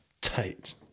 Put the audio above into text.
tight